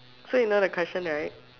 so you know the question right